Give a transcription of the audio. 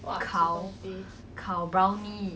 烤 brownie